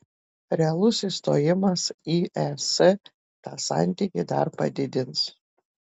realus įstojimas į es tą santykį dar padidins